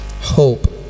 hope